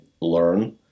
learn